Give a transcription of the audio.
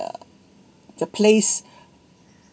the place